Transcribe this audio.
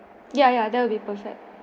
ya ya that will be perfect